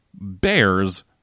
bears